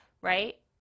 right